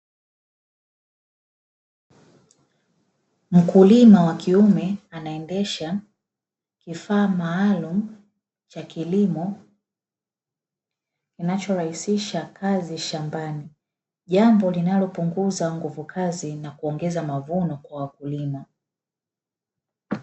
Mkulima wa kiume anaendesha kifaa maalumu cha kilimo kinachorahisisha kazi shambani. Jambo linalopunguza nguvu kazi na kuongeza mavuno kwa wakulima.